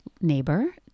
neighbor